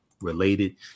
related